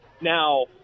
Now